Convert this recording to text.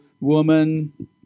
woman